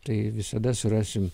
tai visada surasim